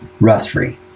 Rust-free